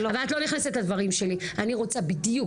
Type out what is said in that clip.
אני רוצה בדיוק,